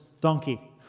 donkey